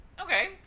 Okay